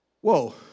Whoa